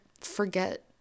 forget